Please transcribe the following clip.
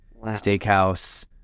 steakhouse